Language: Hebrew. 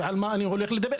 ועל מה אני הולך לדבר.